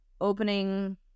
opening